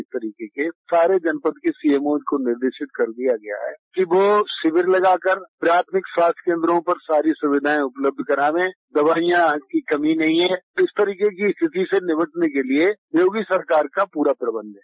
इस तरीके के सारे जनपद के सीएम ओ को निर्देशित कर दिया गया है कि वो शिवेर लगाकर प्राथमिक स्वास्थ्य कोन्द्रो पर सारी सुविधायें उपलब्ध कराने दवाइयों की कमी नहीं है इस तरह की स्थिति से निपटन के लिये योगी सरकार का पूरा प्रबन्ध है